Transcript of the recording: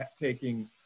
taking